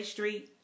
Street